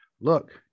look